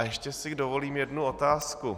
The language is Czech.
Ještě si dovolím jednu otázku.